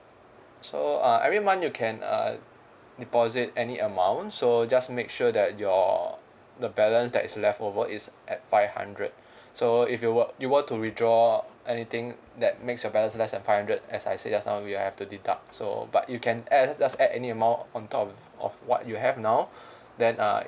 so uh every month you can uh deposit any amount so just make sure that your the balance that's leftover is at five hundred so if you were you were to withdraw anything that makes your balance less than five hundred as I say just now we have to deduct so but you can add just add any amount on top of of what you have now then uh